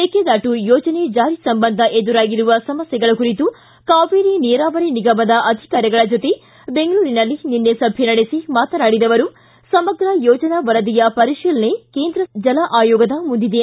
ಮೇಕೆದಾಟು ಯೋಜನೆ ಜಾರಿ ಸಂಬಂಧ ಎದುರಾಗಿರುವ ಸಮಸ್ಥೆಗಳ ಕುರಿತು ಕಾವೇರಿ ನೀರಾವರಿ ನಿಗಮದ ಅಧಿಕಾರಿಗಳ ಜತೆ ಬೆಂಗಳೂರಿನಲ್ಲಿ ನಿನ್ನೆ ಸಭೆ ನಡೆಸಿ ಮಾತನಾಡಿದ ಅವರು ಸಮಗ್ರ ಯೋಜನಾ ವರದಿಯ ಪರಿಶೀಲನೆ ಕೇಂದ್ರ ಜಲ ಆಯೋಗದ ಮುಂದಿದೆ